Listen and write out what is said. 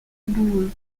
boueux